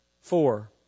Four